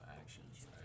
actions